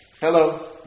Hello